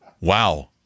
Wow